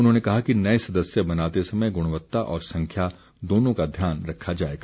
उन्होंने कहा कि नए सदस्य बनाते समय गुणवत्ता और संख्या दोनों का ध्यान रखा जाएगा